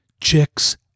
Chicks